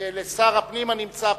לשר הפנים הנמצא פה,